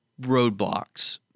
roadblocks